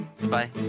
Bye